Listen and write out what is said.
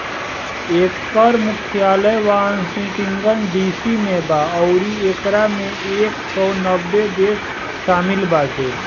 एकर मुख्यालय Washington DC में बा अउरी एकरा में एक सौ नब्बे देश शामिल बाटे